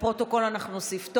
אנחנו נוסיף.